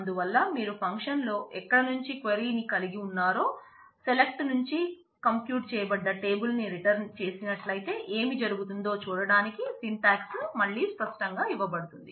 అందువల్ల మీరు ఫంక్షన్ లో ఎక్కడ నుంచి క్వైరీ ని కలిగి ఉన్నారో సెలక్ట్ నుంచి కంప్యూట్ చేయబడ్డ టేబుల్ ని రిటర్న్ చేసినట్లయితే ఏమి జరుగుతుందో చూడటానికి సింటాక్స్ మళ్ళీ స్పష్టంగా ఇవ్వబడుతుంది